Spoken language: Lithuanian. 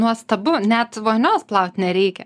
nuostabu net vonios plaut nereikia